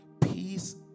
Peace